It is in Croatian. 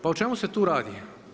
Pa o čemu se tu radi?